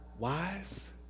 wise